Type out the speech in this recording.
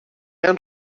han